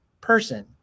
person